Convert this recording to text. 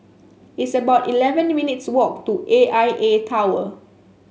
it's about eleven minutes walk to A I A Tower